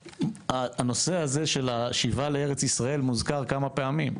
נושא השיבה לארץ ישראל מוזכר כמה פעמים,